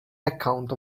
account